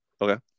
Okay